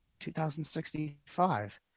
2065